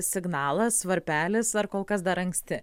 signalas varpelis ar kol kas dar anksti